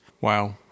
wow